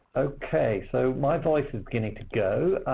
okay, so my voice is beginning to go.